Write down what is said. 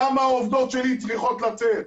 למה העובדות שלי צריכות לצאת?